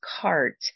cart